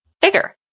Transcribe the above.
bigger